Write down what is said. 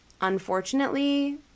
unfortunately